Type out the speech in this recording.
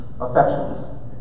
affections